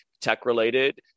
tech-related